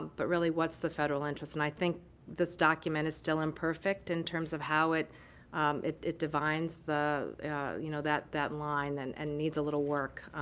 but really what's the federal interest. and i think this document is still imperfect in terms of how it it divines you know that that line, and and needs a little work.